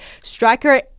striker